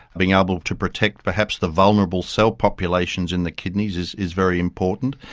being able to protect perhaps the vulnerable cell populations in the kidneys, is is very important.